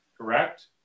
correct